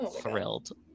thrilled